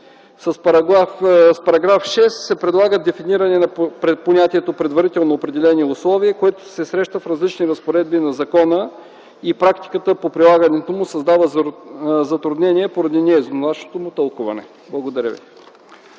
С § 6 се предлага дефиниране на понятието „предварително определени условия”, което се среща в различни разпоредби на закона, и практиката по прилагането му създава затруднения поради не еднозначното му тълкуване. Благодаря Ви.